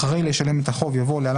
אחרי "לשלם את החוב" יבוא "(להלן,